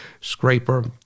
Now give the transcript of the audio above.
scraper